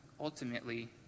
ultimately